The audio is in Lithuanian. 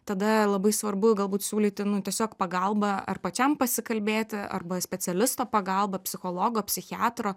tada labai svarbu galbūt siūlyti nu tiesiog pagalbą ar pačiam pasikalbėti arba specialisto pagalbą psichologo psichiatro